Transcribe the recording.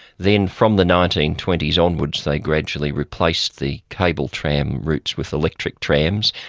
then from the nineteen twenty s onwards, they gradually replaced the cable tram routes with electric trams,